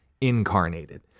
incarnated